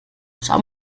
schau